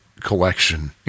collection